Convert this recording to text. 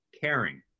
Caring